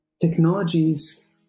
Technologies